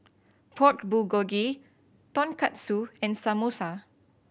Pork Bulgogi Tonkatsu and Samosa